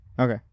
Okay